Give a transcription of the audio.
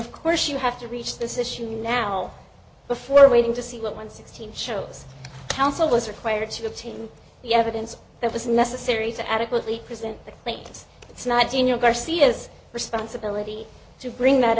of course you have to reach this issue now before waiting to see what one sixteen shows counsel was required to obtain the evidence that was necessary to adequately present the claims it's not in your garcia's responsibility to bring that